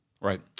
Right